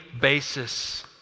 basis